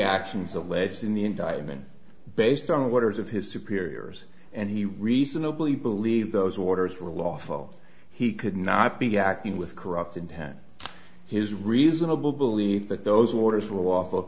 actions of leds in the indictment based on the borders of his superiors and he reasonably believed those orders were lawful he could not be acting with corrupt intent his reasonable belief that those orders will awful